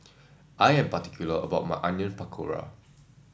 I am particular about my Onion Pakora